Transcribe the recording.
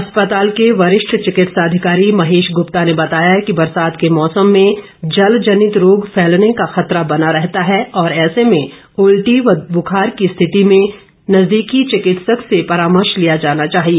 अस्पताल के वरिष्ठ चिकित्सा अधिकारी महेश ग्रप्ता ने बताया कि बरसात के मौसम में जल जनित रोग फैलने का खतरा बना रहता है और ऐसे में उल्टी व बुखार की स्थिति में नजदीकी चिकित्सक से परामर्श लिया जाना चाहिए